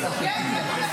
אני מסכנה, אני מסכנה.